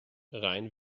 rein